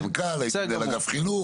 הייתי מנכ"ל, הייתי מנהל אגף חינוך.